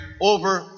over